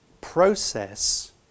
process